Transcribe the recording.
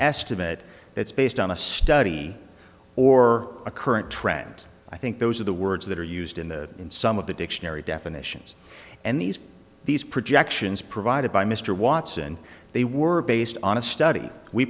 estimate that's based on a study or a current trend i think those are the words that are used in the in some of the dictionary definitions and these are these projections provided by mr watson they were based on a study we